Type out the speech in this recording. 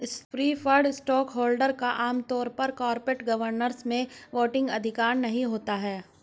preferred stockholder का आम तौर पर कॉरपोरेट गवर्नेंस में वोटिंग अधिकार नहीं होता है